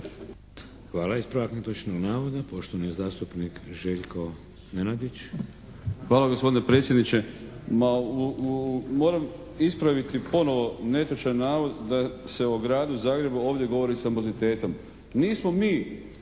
Hvala. Ispravak netočnog navoda, poštovani zastupnik Željko Nenadić. **Nenadić, Željko (HDZ)** Hvala gospodine predsjedniče. Ma moram ispraviti ponovo netočan navod da se o Gradu Zagrebu ovdje govori sa …/Govornik